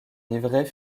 livret